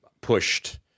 pushed